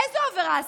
איזו עבירה עשית?